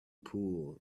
pulled